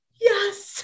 yes